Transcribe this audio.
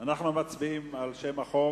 אנחנו מצביעים על שם החוק.